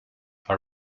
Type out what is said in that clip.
are